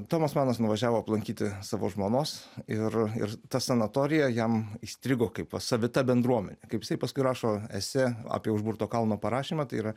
tomas manas nuvažiavo aplankyti savo žmonos ir ir ta sanatorija jam įstrigo kaip savita bendruomenė kaip jisai paskui rašo esė apie užburto kalno parašymą tai yra